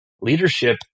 leadership